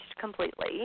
completely